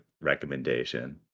recommendation